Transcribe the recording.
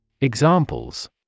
Examples